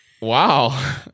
Wow